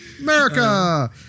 America